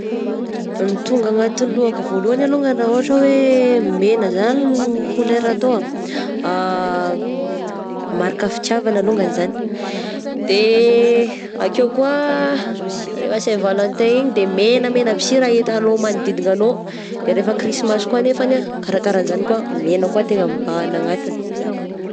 Ny tonga anatin'ny lohako voalohany alongany raha ohatra hoe megna zany ny kolera atao, marika fitiavagna alongany izagny, de akeo koa rehefa saint valentin igny de menamegna aby sy raha hitanao manodidina anao de rehefa krisamasy koa nefany ah karakaranzany koa megna koa tegna mibahana anatigny.